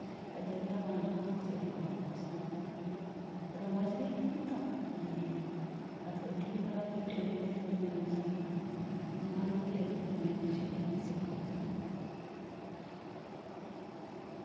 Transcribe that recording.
ᱟᱫᱚᱭ ᱢᱮᱱ ᱮᱫᱟ ᱵᱟᱝ ᱪᱮᱫ ᱦᱚᱸ ᱵᱟᱝ ᱚᱥᱩᱵᱤᱫᱷᱟ ᱟᱠᱟᱱᱟ ᱟᱫᱚ ᱢᱚᱸᱡᱽ ᱜᱮ ᱦᱮᱱᱟᱢᱟ ᱛᱚ ᱟᱫᱚᱭ ᱢᱮᱱ ᱮᱫᱟ ᱦᱮᱸ ᱟᱫᱚ ᱟᱹᱰᱤ ᱢᱟᱨᱟᱝ ᱢᱤᱫᱴᱮᱱ ᱵᱤᱯᱚᱫ ᱠᱷᱚᱱᱤᱧ ᱵᱟᱧᱪᱟᱣ ᱮᱱᱟ ᱱᱚᱶᱟ ᱜᱮ ᱵᱚᱞᱮ ᱤᱧ ᱫᱚᱧ ᱢᱮᱱ ᱦᱚᱪᱚᱭ ᱮᱫᱟ ᱤᱧ ᱥᱮᱫ ᱠᱷᱚᱱ ᱫᱚ